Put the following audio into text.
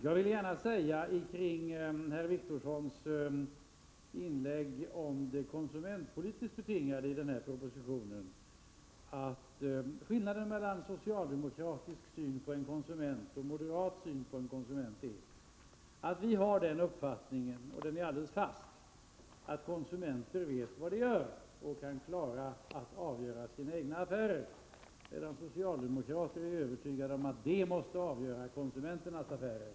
Jag vill gärna säga med anledning av vad herr Wictorsson anförde om det konsumentpolitiskt betingade i propositionen, att skillnaden mellan socialdemokratisk syn på en konsument och moderat syn på en konsument är att vi moderater har den uppfattningen — och den är alldeles fast — att konsumenter vet vad de gör och kan klara att avgöra sina egna affärer, medan socialdemokrater är övertygade om att de måste avgöra konsumenternas affärer.